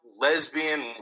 lesbian